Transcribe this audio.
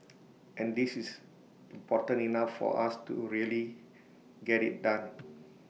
and this is important enough for us to really get IT done